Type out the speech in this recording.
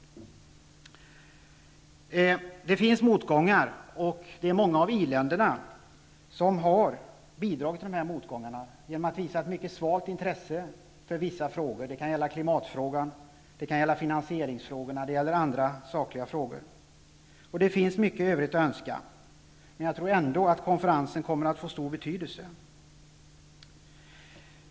Det finns motgångar, och många av i-länderna har bidragit till dessa motgångar genom att visa ett mycket svalt intresse för vissa frågor, såsom klimatfrågan, finansieringsfrågorna och andra frågor. Det finns mycket i övrigt att önska. Men jag tror ändå att konferensen kommer att få stor betydelse.